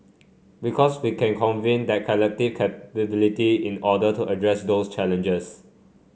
because we can convene that collective capability in order to address those challenges